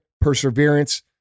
perseverance